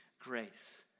grace